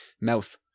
mouth